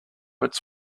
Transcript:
its